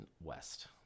west